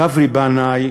גברי בנאי,